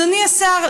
אדוני השר,